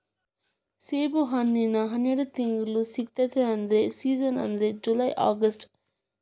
ಸೇಬುಹಣ್ಣಿನ ಹನ್ಯಾಡ ತಿಂಗ್ಳು ಸಿಗತೈತಿ ಆದ್ರ ಸೇಜನ್ ಅಂದ್ರ ಜುಲೈ ಅಗಸ್ಟ